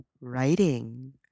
writing